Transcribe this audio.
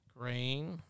Green